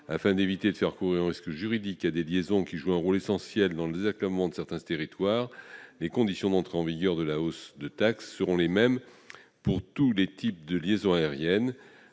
Afin d'éviter de faire courir un risque juridique à des liaisons qui jouent un rôle essentiel dans le désenclavement de certains territoires, les conditions d'entrée en vigueur de la hausse de taxe seront les mêmes pour tous les types de liaisons aériennes,